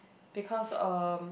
because uh